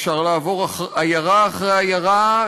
אפשר לעבור עיירה אחרי עיירה,